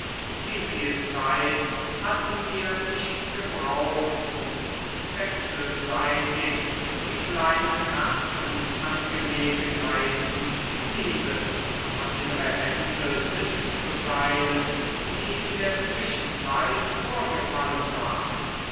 wieviel zeit hatten wir nicht gebraucht um uns wechselseitig die kleinen herzensangelegenheiten liebes und andere händel mitzuteilen die in der zwischenzeit vorgefallen waren